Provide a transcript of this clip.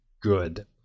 good